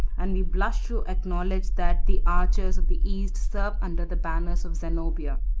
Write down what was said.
and we blush to acknowledge that the archers of the east serve under the banners of zenobia.